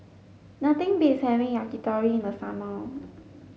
nothing beats having Yakitori in the summer